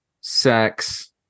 sex